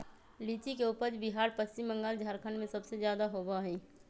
लीची के उपज बिहार पश्चिम बंगाल झारखंड में सबसे ज्यादा होबा हई